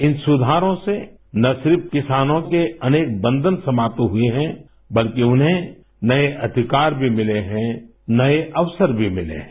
इन सुधारों से न सिर्फ किसानों के अनेक बन्धन समाप्त हुये हैं बल्कि उन्हें नये अधिकार भी मिले हैं नये अवसर भी मिले हैं